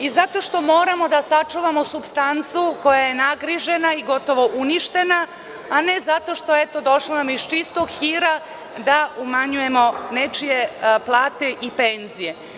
i zato što moramo da sačuvamo supstancu koja je nagrižena i gotovo uništena, a ne zato što nam je došlo iz čistog hira da umanjujemo nečije plate i penzije.